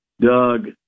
Doug